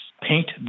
paint